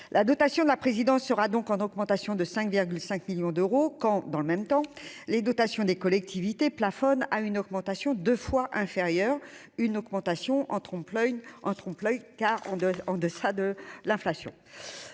la dotation de la présidence sera donc en augmentation de 5,5 millions d'euros quand dans le même temps, les dotations des collectivités plafonne à une augmentation 2 fois inférieur, une augmentation en trompe-l oeil, un trompe l'oeil